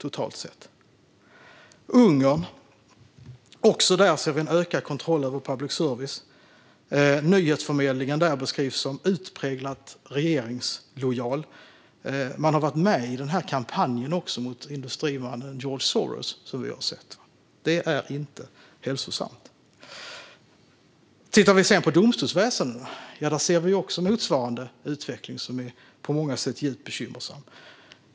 Också i Ungern ser vi en ökad kontroll av public service. Nyhetsförmedlingen där beskrivs som utpräglat regeringslojal. Man har även varit med i den kampanj som vi sett mot industrimannen George Soros. Det är inte hälsosamt. Om vi sedan tittar på domstolsväsendet ser vi motsvarande utveckling, som på många sätt är djupt bekymmersam.